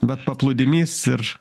bet paplūdimys ir